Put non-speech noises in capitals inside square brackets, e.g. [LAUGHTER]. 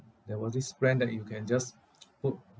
there was this plan that you can just [NOISE] put